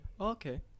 Okay